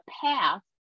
path